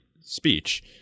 speech